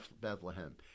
Bethlehem